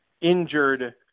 injured